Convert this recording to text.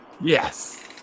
Yes